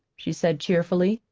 she said cheerfully,